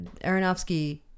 aronofsky